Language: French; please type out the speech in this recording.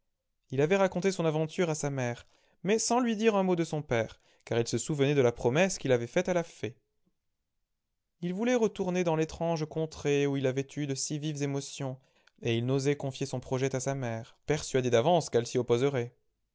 il avait raconté son aventure à sa mère mais sans lui dire un mot de son père car il se souvenait de la promesse qu'il avait faite à la fée il voulait retourner dans l'étrange contrée où il avait eu de si vives émotions et il n'osait confier son projet à sa mère persuadé d'avance qu'elle s'y opposerait